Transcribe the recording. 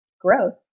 growth